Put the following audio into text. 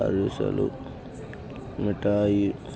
అరిసెలు మిఠాయి